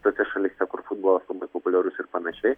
tose šalyse kur futbolas labai populiarus ir panašiai